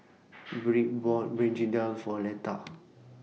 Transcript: Briley bought Begedil For Letha